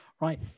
Right